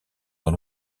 dans